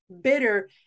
bitter